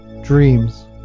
Dreams